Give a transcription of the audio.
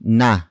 na